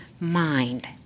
mind